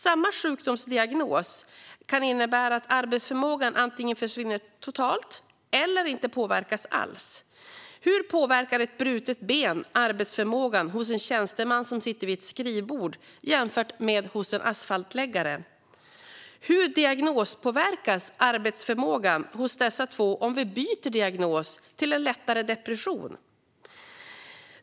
Samma sjukdomsdiagnos kan innebära att arbetsförmågan antingen försvinner totalt eller inte påverkas alls. Hur påverkar ett brutet ben arbetsförmågan för en tjänsteman som sitter vid ett skrivbord jämfört med för en asfaltläggare? Hur diagnospåverkas arbetsförmågan hos dessa två om vi byter diagnos till en lättare depression?